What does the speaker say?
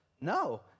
No